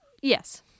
Yes